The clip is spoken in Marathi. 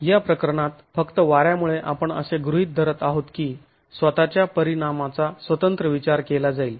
या प्रकरणात फक्त वाऱ्यामुळे आपण असे गृहीत धरत आहोत की स्वतःच्या परिणामाचा स्वतंत्र विचार केला जाईल